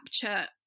capture